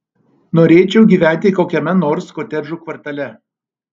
norėčiau gyventi kokiame nors kotedžų kvartale